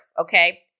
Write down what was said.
okay